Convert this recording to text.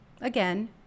Again